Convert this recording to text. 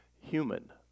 human